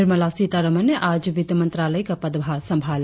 निर्मला सीतारामन ने आज वित्त मंत्रालय का पदभार संभाला